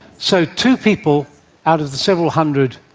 so, two people out of the several hundred.